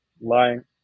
lying